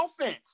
offense